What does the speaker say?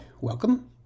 welcome